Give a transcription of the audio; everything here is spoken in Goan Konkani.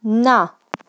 ना